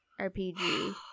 rpg